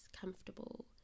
comfortable